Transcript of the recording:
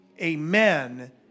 Amen